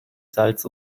salz